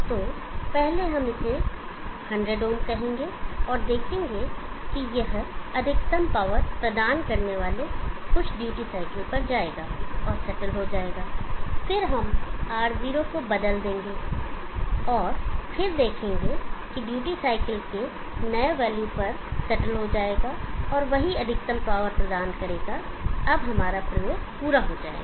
तो पहले हम इसे 100 ओम कहेंगे और देखेंगे कि यह अधिकतम पावर प्रदान करने वाले कुछ ड्यूटी साइकिल पर जाएगा और सेटल हो जाएगा और फिर हम R0 को बदल देंगे और फिर देखेंगे कि ड्यूटी साइकिल के नए वैल्यू पर सेटल हो जाएगा और वही अधिकतम पावर प्रदान करेगा अब हमारा प्रयोग पूरा हो जाएगा